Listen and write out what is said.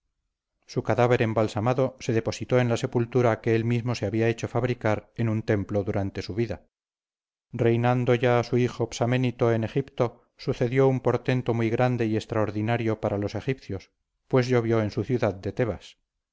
su cadáver embalsamado se depositó en la sepultura que él mismo se había hecho fabricar en un templo durante su vida reinando ya su hijo psaménito en egipto sucedió un portento muy grande y extraordinario para los egipcios pues llovió en su ciudad de tebas